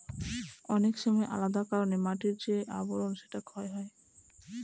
অনেক সময় আলাদা কারনে মাটির যে আবরন সেটা ক্ষয় হয়